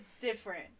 different